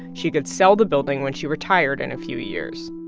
she could sell the building when she retired in a few years.